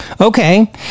Okay